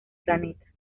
planeta